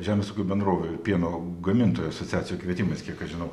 žemės ūkio bendrovių pieno gamintojų asociacijų kvietimas kiek aš žinau